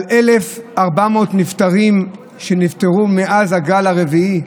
על 1,400 נפטרים שנפטרו מאז הגל הרביעי,